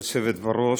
כבוד היושבת בראש,